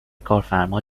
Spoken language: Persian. کارفرما